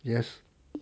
yes